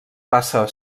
passa